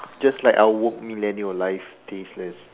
just like our woke millennial life tasteless